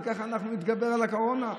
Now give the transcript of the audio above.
וככה אנחנו נתגבר על הקורונה.